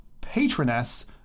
Patroness